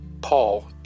Paul